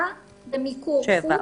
במיקור חוץ,